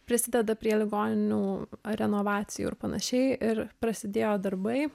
prisideda prie ligoninių renovacijų ir panašiai ir prasidėjo darbai